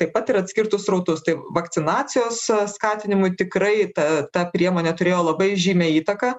taip pat ir atskirtų srautus tai vakcinacijos skatinimui tikrai ta ta priemonė turėjo labai žymią įtaką